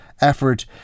effort